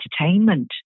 entertainment